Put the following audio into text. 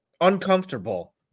uncomfortable